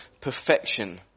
perfection